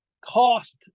cost